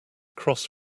cross